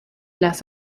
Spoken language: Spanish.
las